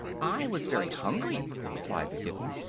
i was very hungry, replied the kitten.